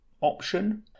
option